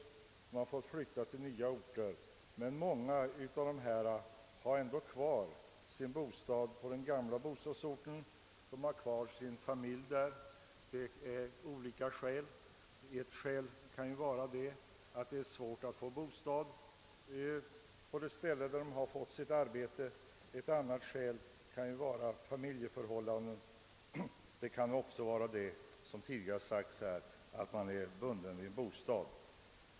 Trots att arbetet är förlagt till en annan ort bor emellertid många av dem ändå kvar i sin bostad på den gamla orten. De har kvar sin familj där, och det kan vara av olika skäl. Ett skäl kan vara att det är svårt att få bostad på den ort där de fått arbete. Ett annat skäl kan vara familjeförhållandena. Det kan också vara så, som tidigare sagts här, att man är bunden vid en bostad.